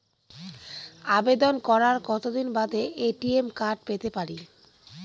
আবেদন করার কতদিন বাদে এ.টি.এম কার্ড পেতে পারি?